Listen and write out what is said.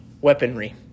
weaponry